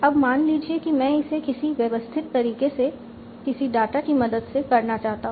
अब मान लीजिए कि मैं इसे किसी व्यवस्थित तरीके से किसी डाटा की मदद से करना चाहता हूं